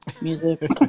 music